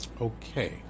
Okay